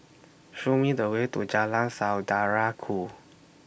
Show Me The Way to Jalan Saudara Ku